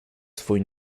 swój